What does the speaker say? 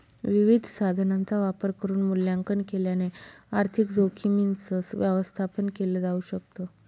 विविध साधनांचा वापर करून मूल्यांकन केल्याने आर्थिक जोखीमींच व्यवस्थापन केल जाऊ शकत